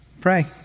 Pray